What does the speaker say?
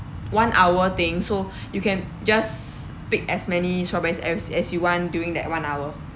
one hour thing so you can just pick as many strawberries as as you want during that one hour